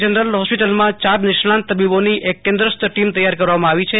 general હોસ્પિટલમાં ચાર નિષ્ણાંત તબોબાંની એક કેન્દસ્થ ટીમ તૈયાર કરવામાં આવી છે